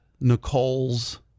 Nicole's